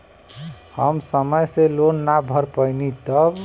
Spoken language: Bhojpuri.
हम समय से लोन ना भर पईनी तब?